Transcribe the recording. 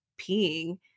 peeing